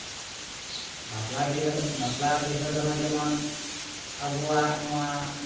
ᱵᱟᱯᱞᱟ ᱵᱤᱦᱟ ᱵᱟᱯᱞᱟ ᱵᱤᱦᱟᱹ ᱨᱮᱦᱚᱸ ᱡᱮᱢᱚᱱ ᱟᱵᱚᱣᱟᱜ ᱱᱚᱣᱟ